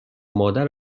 مادر